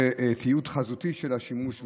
זה תיעוד חזותי של השימוש במכת"זית.